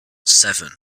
seven